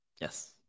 yes